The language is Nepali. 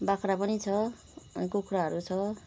बाख्रा पनि छ कुखुराहरू छ